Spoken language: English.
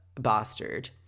Bastard